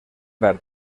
verd